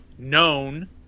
known